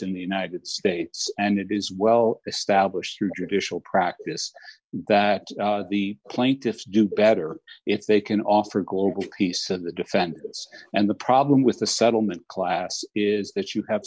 in the united states and it is well established through judicial practice that the plaintiffs do better if they can offer global peace and the defendants and the problem with the settlement class is that you have